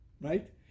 right